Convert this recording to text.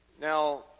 Now